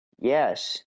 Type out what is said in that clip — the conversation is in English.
Yes